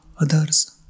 others